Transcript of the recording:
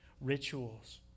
rituals